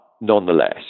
nonetheless